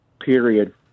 period